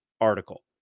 article